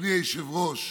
אדוני היושב-ראש,